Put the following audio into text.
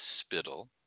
spittle